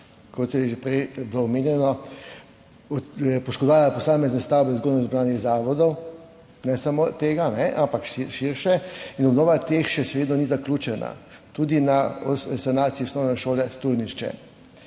kot je že prej bilo omenjeno, poškodovala posamezne stavbe vzgojnoizobraževalnih zavodov, ne samo tega, ampak širše in obnova teh še vedno ni zaključena, tudi na sanaciji Osnovne šole Turnišče.